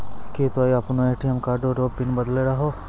की तोय आपनो ATM card रो पिन बदलहो